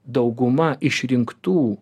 dauguma išrinktų